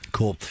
Cool